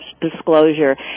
disclosure